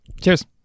Cheers